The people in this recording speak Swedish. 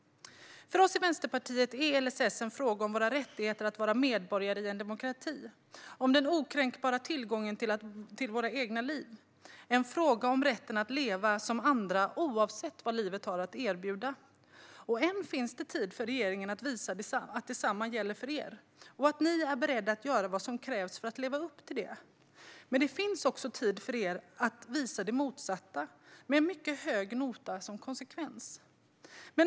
För oss i Vänsterpartiet är LSS en fråga om våra rättigheter att vara medborgare i en demokrati och om den okränkbara tillgången till våra egna liv. Det är en fråga om rätten att leva som andra, oavsett vad livet har att erbjuda. Än finns det tid för regeringen att visa att detsamma gäller för regeringen och att man är beredd att göra det som krävs för att leva upp till det. Men det finns också tid för att visa det motsatta, med en mycket hög nota som konsekvens.